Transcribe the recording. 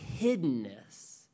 hiddenness